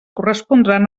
correspondran